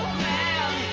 man